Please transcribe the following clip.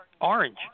orange